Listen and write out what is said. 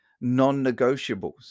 non-negotiables